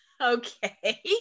okay